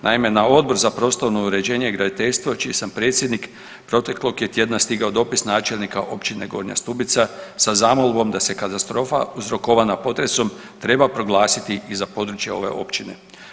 Naime, na Odbor za prostorno uređenje i graditeljstvo čiji sam predsjednik proteklog je tjedna stigao dopis načelnika općine Gornja Stubica da se katastrofa uzrokovana potresom treba proglasiti i za područje ove općine.